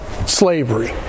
Slavery